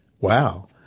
Wow